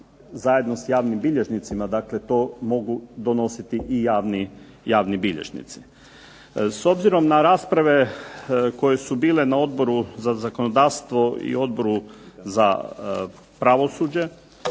zajedno sa javnim bilježnicima. Dakle, to mogu donositi i javni bilježnici. S obzirom na rasprave koje su bile na Odboru za zakonodavstvo i Odboru za pravosuđe